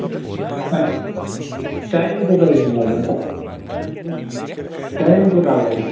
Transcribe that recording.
اچھا ٹایِم کوٗتاہ ٲسِو لَگان ٹایِم کوٗتاہ لَگہِ